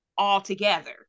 altogether